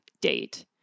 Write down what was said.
date